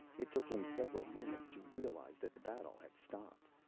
it took him several moments to realize that the battle had stopped.